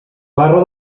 barra